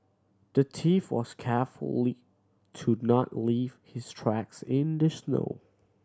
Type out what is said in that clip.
the thief was carefully to not leave his tracks in the snow